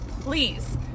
please